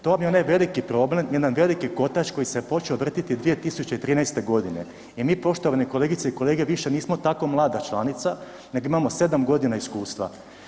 To vam je onaj veliki problem, jedan veliki kotač koji se počeo vrtiti 2013. g. i mi poštovani kolegice i kolege, više nismo tako mlada članica nego imamo 7 g. iskustva.